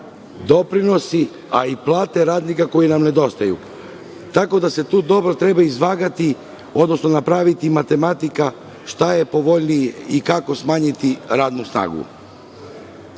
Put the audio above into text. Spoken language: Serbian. doprinosi, a i plate radnika koji nam nedostaju. Tako da dobro treba izvagati, odnosno napraviti matematika šta je povoljnije i kako smanjiti radnu